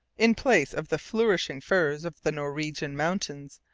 in place of the flourishing firs of the norwegian mountains,